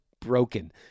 broken